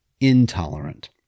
intolerant